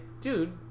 Dude